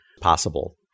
possible